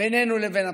בינינו לבין הפלסטינים.